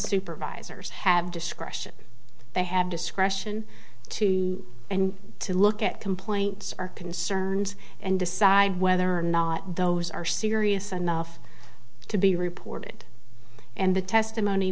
supervisors have discretion they have discretion to and to look at complaints are concerned and decide whether or not those are serious enough to be reported and the testimony